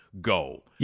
go